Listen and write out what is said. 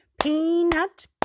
Peanut